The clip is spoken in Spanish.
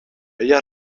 ella